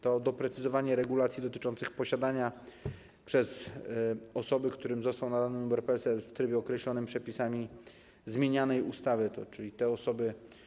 To doprecyzowanie regulacji dotyczących posiadania przez osoby, którym został nadany numer PESEL w trybie określonym przepisami zmienianej ustawy, czyli te osoby.